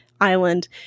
island